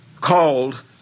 called